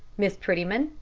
miss prettyman,